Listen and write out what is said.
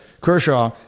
Kershaw